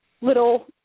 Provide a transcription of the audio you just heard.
little